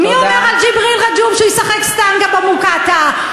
מי אומר על ג'יבריל רג'וב "שישחק סטנגה במוקטעה"?